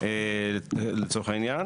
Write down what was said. לצורך העניין.